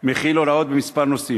מכיל הוראות בכמה נושאים.